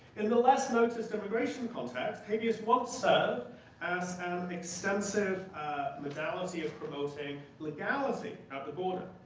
in the less noticed immigration contact, habeas would serve as an extensive modality of promoting legality at the border.